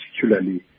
particularly